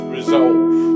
resolve